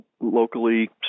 locally